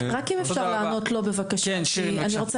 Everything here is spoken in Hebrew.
אם אפשר, אני רוצה